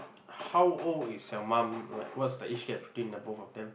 how old is your mum like what's the age gap between the both of them